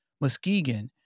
Muskegon